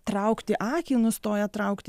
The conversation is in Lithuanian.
traukti akį nustoja traukti